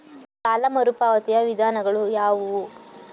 ಸಾಲ ಮರುಪಾವತಿಯ ವಿಧಾನಗಳು ಯಾವುವು?